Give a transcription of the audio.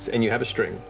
and you have a string,